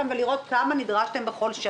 לא מדובר רק בפגיעה בסבסוד,